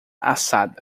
assada